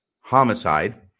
Homicide